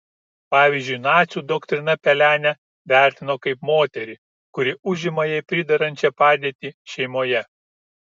pavyzdžiui nacių doktrina pelenę vertino kaip moterį kuri užima jai priderančią padėtį šeimoje